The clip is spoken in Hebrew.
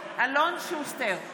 אלון שוסטר,